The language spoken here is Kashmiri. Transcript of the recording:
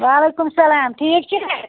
وعلیکُم سلام ٹھیٖک چھِوا